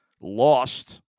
lost